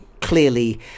clearly